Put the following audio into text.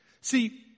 See